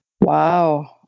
Wow